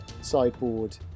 sideboard